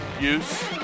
use